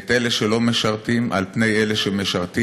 את אלה שלא משרתים על פני אלה שמשרתים,